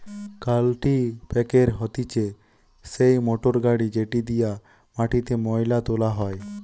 কাল্টিপ্যাকের হতিছে সেই মোটর গাড়ি যেটি দিয়া মাটিতে মোয়লা তোলা হয়